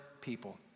people